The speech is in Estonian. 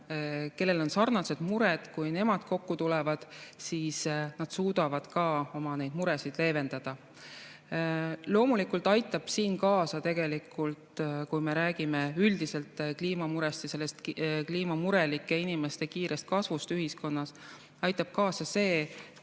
kellel on sarnased mured. Kui nemad kokku tulevad, siis nad suudavad neid muresid leevendada. Loomulikult aitab siin kaasa, kui me räägime üldiselt kliimamurest, kliimamurelike inimeste arvu kiire kasv ühiskonnas. Aitab kaasa see,